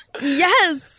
Yes